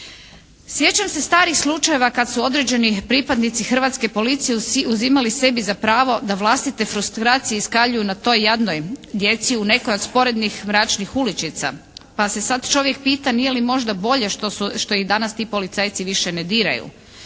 Sjećam se starih slučajeva kad su određeni pripadnici hrvatske policije uzimali sebi za pravo da vlastite frustracije iskaljuju na toj jadnoj djeci u nekoj od sporednih mračnih uličica. Pa se sad čovjek pita nije li možda bolje što su, što ih danas ti policajci više ne diraju.